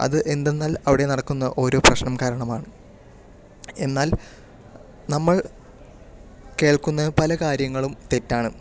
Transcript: അത് എന്തെന്നാൽ അവിടെ നടക്കുന്ന ഓരോ പ്രശ്നം കാരണമാണ് എന്നാൽ നമ്മൾ കേൾക്കുന്ന പല കാര്യങ്ങളും തെറ്റാണ്